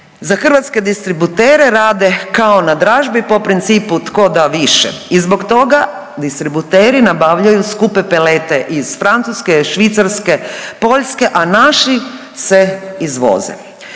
Za hrvatske distributere rade kao na dražbi po principu tko da više i zbog toga distributeri nabavljaju skupe pelete iz Francuske, Švicarske, Poljske, a naši se izvoze.